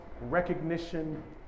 recognition